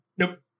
Nope